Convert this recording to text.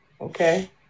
Okay